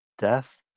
death